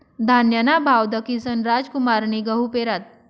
धान्यना भाव दखीसन रामकुमारनी गहू पेरात